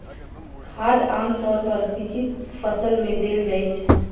खाद आम तौर पर सिंचित फसल मे देल जाइत छै